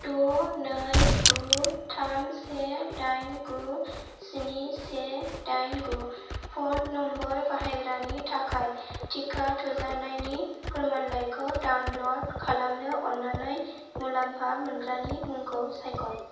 द' नै गु थाम से दाइन गु स्नि से दाइन गु फन नम्बर बाहायग्रानि थाखाय टिका थुजानायनि फोरमानलाइखौ डाउनलड खालामनो अन्नानै मुलाम्फा मोनग्रानि मुंखौ सायख'